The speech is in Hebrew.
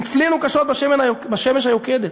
נצלינו קשות בשמש היוקדת.